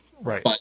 Right